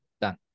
Done